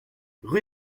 rue